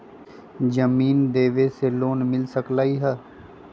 जमीन देवे से लोन मिल सकलइ ह?